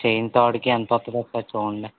chain తాడుకి ఎంత వస్తుందో ఒకసారి చూడండి